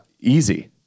Easy